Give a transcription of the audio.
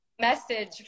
message